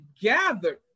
gathered